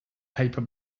paper